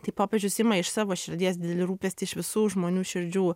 tai popiežius ima iš savo širdies didelį rūpestį iš visų žmonių širdžių